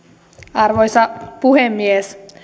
arvoisa puhemies